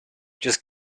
just